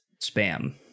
spam